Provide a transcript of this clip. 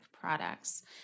products